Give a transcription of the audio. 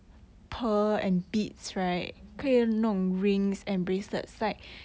mmhmm